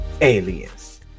aliens